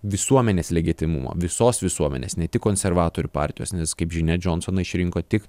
visuomenės legitimumą visos visuomenės ne tik konservatorių partijos nes kaip žinia džonsoną išrinko tik